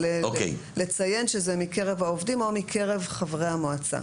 אבל לציין שזה מקרב העובדים או מקרב חברי המועצה,